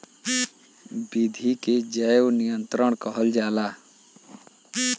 विधि के जैव नियंत्रण कहल जाला